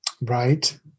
Right